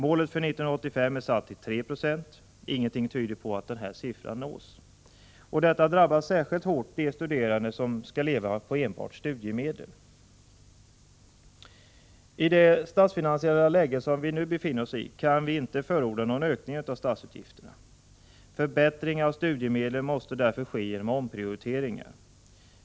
Målet för 1985 är satt till 3 90. Ingenting tyder i dag på att den siffran nås. Detta drabbar särskilt hårt de studerande, som skall leva enbart på studiemedel. I det statsfinansiella läge som vi nu befinner oss i kan vi inte förorda någon ökning av statsutgifterna. Förbättringar av studiemedlen måste därför ske genom omprioriteringar.